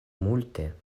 multe